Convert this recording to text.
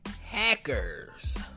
Hackers